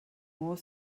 more